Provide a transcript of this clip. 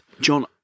John